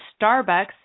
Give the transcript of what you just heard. Starbucks